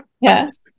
yes